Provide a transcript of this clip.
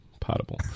potable